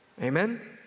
Amen